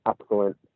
excellent